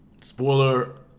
Spoiler